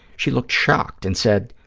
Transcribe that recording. she looked shocked and said,